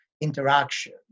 interaction